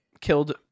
killed